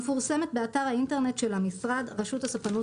המופקדת לעיון הציבור במשרד מנהל רשות הספנות